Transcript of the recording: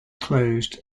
closed